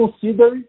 consider